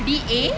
B A